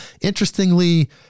Interestingly